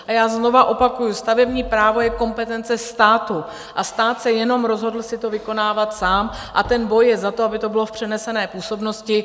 A já znovu opakuji, stavební právo je kompetence státu, stát se jenom rozhodl si to vykonávat sám a ten boj je za to, aby to bylo v přenesené působnosti.